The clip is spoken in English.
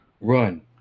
run